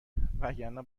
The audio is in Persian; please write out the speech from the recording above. وگرنه